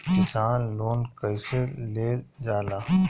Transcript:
किसान लोन कईसे लेल जाला?